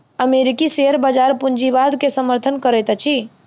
अमेरिकी शेयर बजार पूंजीवाद के समर्थन करैत अछि